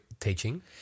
teaching